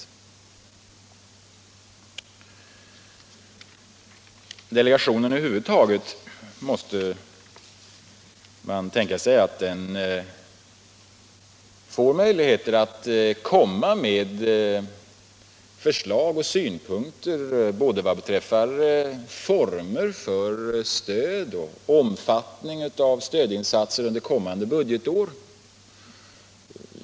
Delegationen måste över huvud taget få möjligheter att komma med förslag och synpunkter vad beträffar både former för stöd och omfattning av stödinsatser under kommande budgetår.